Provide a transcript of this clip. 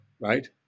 right